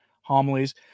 homilies